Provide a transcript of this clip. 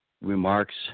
remarks